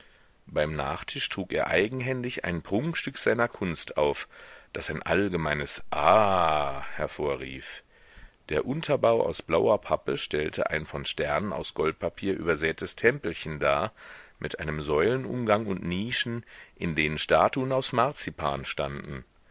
beim nachtisch trug er eigenhändig ein prunkstück seiner kunst auf das ein allgemeines ah hervorrief der unterbau aus blauer pappe stellte ein von sternen aus goldpapier übersätes tempelchen dar mit einem säulenumgang und nischen in denen statuen aus marzipan standen